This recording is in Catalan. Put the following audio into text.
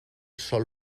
sol